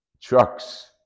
trucks